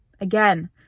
Again